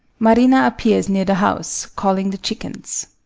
marina appears near the house, calling the chickens.